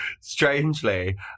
strangely